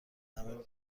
عمیقی